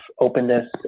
openness